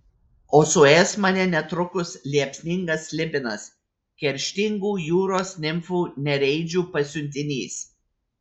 o suės mane netrukus liepsningas slibinas kerštingų jūros nimfų nereidžių pasiuntinys